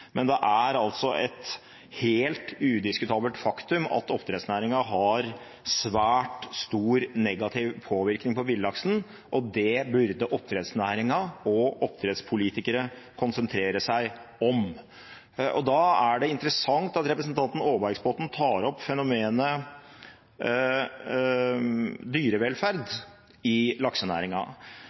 men det er et helt udiskutabelt faktum at oppdrettsnæringen har svært stor negativ påvirkning på villaksen, og det burde oppdrettsnæringen og oppdrettspolitikere konsentrere seg om. Da er det interessant at representanten Aarbergsbotten tar opp fenomenet «dyrevelferd» i